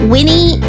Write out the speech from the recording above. Winnie